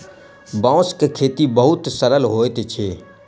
बांस के खेती बहुत सरल होइत अछि